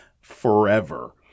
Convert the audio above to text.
forever